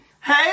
Hey